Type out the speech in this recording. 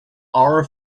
our